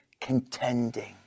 contending